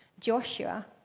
Joshua